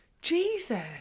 Jesus